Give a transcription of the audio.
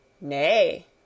Nay